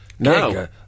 No